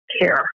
care